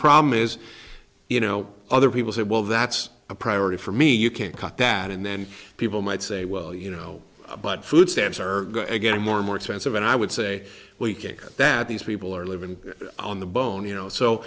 problem is you know other people say well that's a priority for me you can't cut that and then people might say well you know but food stamps are getting more and more expensive and i would say that these people are living on the bone you know so